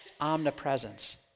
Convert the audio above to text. omnipresence